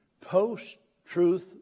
Post-truth